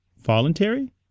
Voluntary